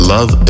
Love